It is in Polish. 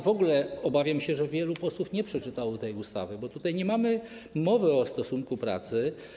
W ogóle obawiam się, że wielu posłów nie przeczytało tej ustawy, bo tutaj nie ma mowy o stosunku pracy.